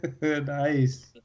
nice